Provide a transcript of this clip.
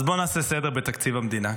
אז בואו נעשה סדר בתקציב המדינה,